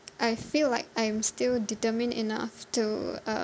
I feel like I'm still determined enough to uh